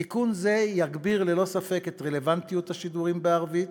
תיקון זה יגביר ללא ספק את רלוונטיות השידורים בערבית